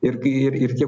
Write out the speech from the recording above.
ir tie kurie tiktai